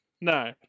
No